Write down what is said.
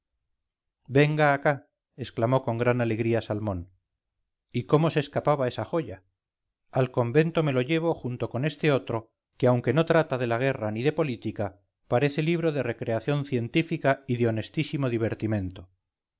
venga acá exclamó con gran alegría salmón y cómo se escapaba esa joya al convento me lo llevo junto con este otro que aunque no trata de la guerra ni de política parece libro de recreación científica y de honestísimo divertimiento